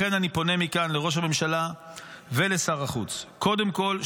לכן אני פונה מכאן לראש הממשלה ולשר החוץ: קודם כול,